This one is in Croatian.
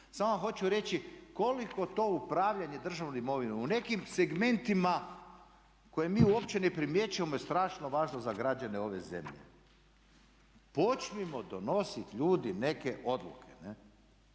Samo hoću reći koliko to upravljanje državnom imovinom u nekim segmentima koje mi uopće ne primjećujemo je strašno važna za građane ove zemlje. Počnimo donositi ljudi neke odluke.